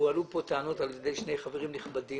הועלו כאן טענות על ידי שני חברים נכבדים